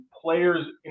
players